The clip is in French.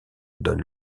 donne